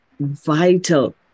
vital